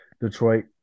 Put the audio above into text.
Detroit